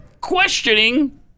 questioning